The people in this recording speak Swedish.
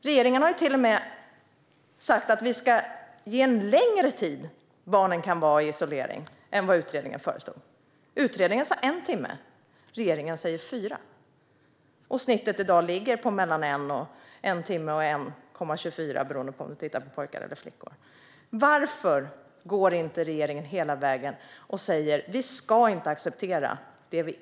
Regeringen har till och med sagt att barnen kan hållas en längre tid i isolering än vad utredningen föreslår. Utredningen föreslår en timme, och regeringen säger fyra. Snittet i dag ligger på 1-1,24 timmar beroende på om det är pojkar eller flickor. Varför går inte regeringen hela vägen och säger att vi inte ska acceptera avskiljning?